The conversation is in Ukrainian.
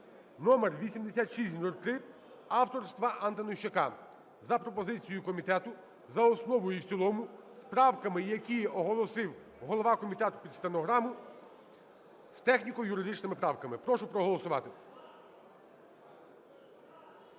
(№ 8603) авторства Антонищака за пропозицією комітету за основу і в цілому з правками, які оголосив голова комітету під стенограму, з техніко-юридичними правками. Прошу проголосувати.